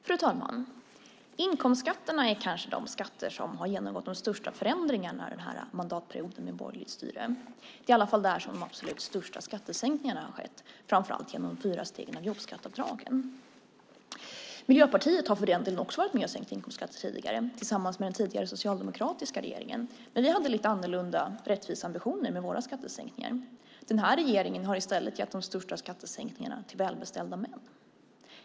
Fru talman! Inkomstskatterna är kanske de skatter som har genomgått de största förändringarna den här mandatperioden med borgerligt styre. Det är i alla fall där som de absolut största skattesänkningarna har skett, framför allt genom de fyra stegen av jobbskatteavdrag. Miljöpartiet har för den delen också varit med och sänkt inkomstskatter tidigare, tillsammans med den tidigare socialdemokratiska regeringen. Men vi hade lite annorlunda rättviseambitioner med våra skattesänkningar. Den här regeringen har i stället gett de största skattesänkningarna till välbeställda män.